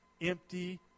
empty